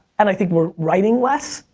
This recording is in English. and i think we're writing less.